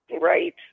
Right